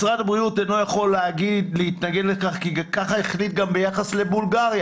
משרד הבריאות אינו יכול להתנגד לכך כי ככה הוא החליט גם ביחס לבולגריה,